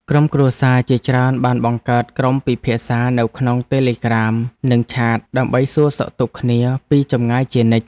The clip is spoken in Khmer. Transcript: ក្រុមគ្រួសារជាច្រើនបានបង្កើតក្រុមពិភាក្សានៅក្នុងតេឡេក្រាម និងឆាត ដើម្បីសួរសុខទុក្ខគ្នាពីចម្ងាយជានិច្ច។